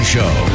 Show